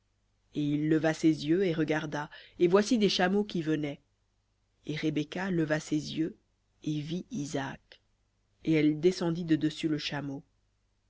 et il leva ses yeux et regarda et voici des chameaux qui venaient et rebecca leva ses yeux et vit isaac et elle descendit de dessus le chameau